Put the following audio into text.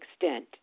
extent